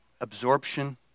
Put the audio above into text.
absorption